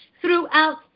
throughout